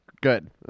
Good